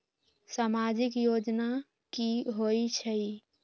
समाजिक योजना की होई छई?